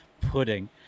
pudding